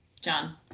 John